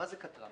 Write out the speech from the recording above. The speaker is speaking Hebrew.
כטר"מ